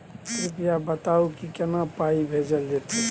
कृपया बताऊ की केना पाई भेजल जेतै?